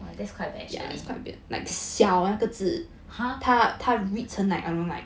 that's quite bad actually !huh!